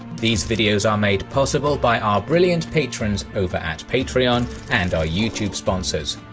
these videos are made possible by our brilliant patrons over at patreon and our youtube sponsors.